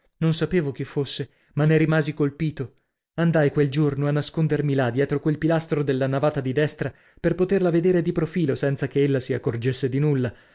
non sapevo chi fosse ma ne rimasi colpito andai quel giorno a nascondermi là dietro quel pilastro della navata di destra per poterla vedere di profilo senza che ella si accorgesse di nulla